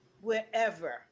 wherever